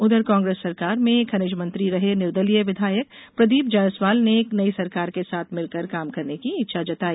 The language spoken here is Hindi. उधर कांग्रेस सरकार में खनिज मंत्री रहे निर्दलीय विधायक प्रदीप जायसवाल ने नई सरकार के साथ मिलकर काम करने की इच्छा जताई